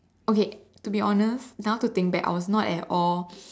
okay to be honest now to think that I was not at all